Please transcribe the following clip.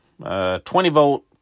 20-volt